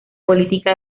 política